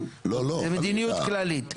זו מדיניות כללית.